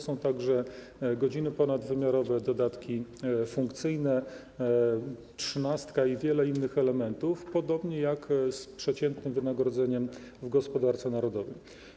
Są także godziny ponadwymiarowe, dodatki funkcyjne, trzynastka i wiele innych elementów, podobnie jak z przeciętnym wynagrodzeniem w gospodarce narodowej.